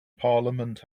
parliament